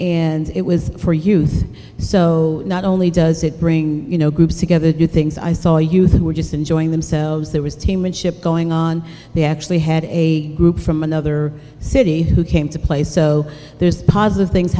and it was for youth so not only does it bring you know groups together do things i saw a youth who were just enjoying themselves there was team unship going on they actually had a group from another city who came to play so there's positive things